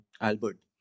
Albert